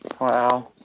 Wow